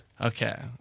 Okay